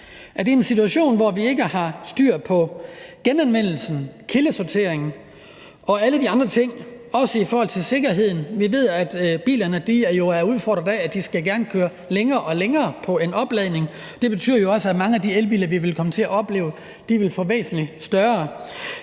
vi i en situation, hvor vi ikke har styr på genanvendelsen, kildesorteringen og alle de andre ting, også i forhold til øget sikkerhed? Vi ved, at bilerne jo er udfordret af, at de gerne skal køre længere og længere på en opladning. Det betyder også, at mange af de elbiler, vi vil komme til at opleve, vil få væsentlig større